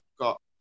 got